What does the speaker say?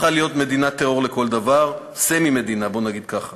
משהו חיובי לשיחות השלום, שנמצאות בעצירה מוחלטת.